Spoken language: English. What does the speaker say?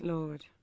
Lord